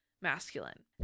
masculine